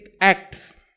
acts